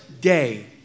day